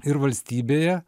ir valstybėje